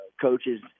coaches